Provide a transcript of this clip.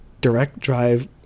direct-drive